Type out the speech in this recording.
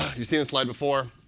you've seen this slide before,